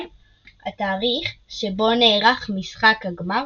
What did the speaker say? התאריך שבו נערך משחק הגמר,